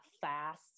fast